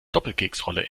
doppelkeksrolle